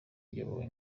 iyobowe